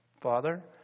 Father